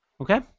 Okay